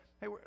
hey